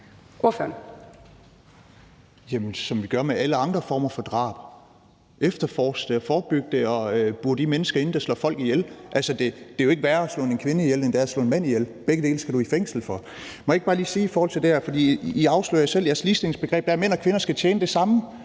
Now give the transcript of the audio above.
det samme, som vi gør med alle andre former for drab. Efterforske det, forebygge det og bure de mennesker, der slår folk ihjel, inde. Det er jo ikke værre at slå en kvinde ihjel, end det er at slå en mand ihjel – begge dele skal du i fængsel for. Må jeg ikke bare lige sige noget i forbindelse med det her? I afslører jer selv i jeres ligestillingsbegreb. Mænd og kvinder skal tjene det samme,